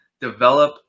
develop